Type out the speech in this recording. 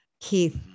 Keith